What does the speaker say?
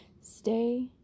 Stay